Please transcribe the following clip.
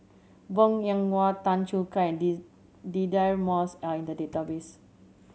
Bong Hiong Hwa Tan Choo Kai and D Deirdre Moss are in the database